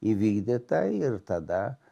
įvykdyta ir tada